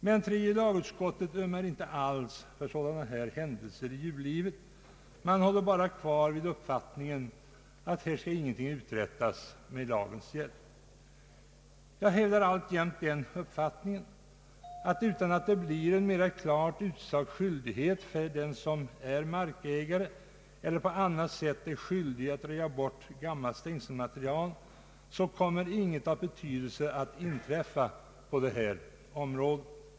Men tredje lagutskottet ömmar inte alls för sådana här händelser i djurlivet utan står kvar vid uppfattningen att ingenting skall uträttas med lagens hjälp. Jag hävdar alltjämt den uppfattningen att utan en mera klart utsagd skyldighet för den som är markägare eller på annat sätt ansvarig att röja bort gammalt stängselmaterial så kommer inget av betydelse att inträffa på detta område.